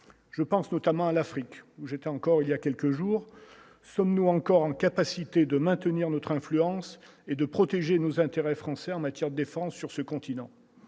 je pense notamment à l'Afrique où j'étais encore il y a quelques jours, sommes-nous encore en capacité de maintenir notre influence et de protéger nos intérêts français en matière défense sur ce continent